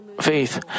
faith